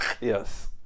Yes